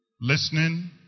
Listening